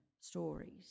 stories